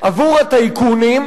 עבור הטייקונים,